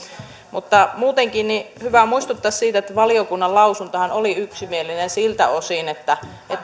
muutenkin on hyvä muistuttaa siitä että valiokunnan lausuntohan oli yksimielinen siltä osin että